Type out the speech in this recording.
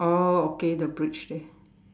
oh okay the bridge there